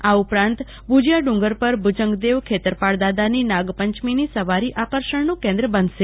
આ ઉપરાંત ભુજીયા ડુંગર પર ભુજંગ દેવ ખેતાર્પાલ દાદાની નાગ પંચમીની સવારી આકર્ષણનું કેન્દ્ર બનશે